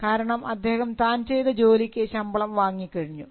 കാരണം അദ്ദേഹം താൻ ചെയ്ത ജോലിക്ക് ശമ്പളം വാങ്ങി കഴിഞ്ഞു